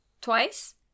twice